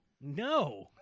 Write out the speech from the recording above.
No